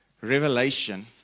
Revelation